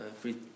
free